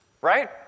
Right